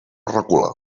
recula